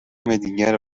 دیگر